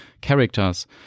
characters